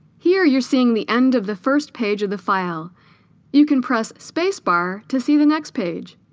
here you're seeing the end of the first page of the file you can press spacebar to see the next page